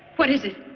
what is it?